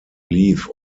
leave